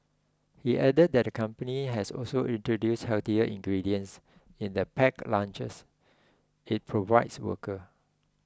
he added that the company has also introduced healthier ingredients in the packed lunches it provides workers